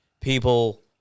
people